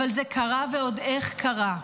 אבל זה קרה ועוד איך קרה.